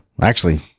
Actually-